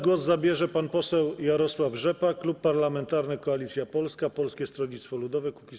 Głos zabierze pan poseł Jarosław Rzepa, Klub Parlamentarny Koalicja Polska - Polskie Stronnictwo Ludowe - Kukiz15.